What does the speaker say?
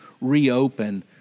reopen